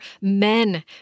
men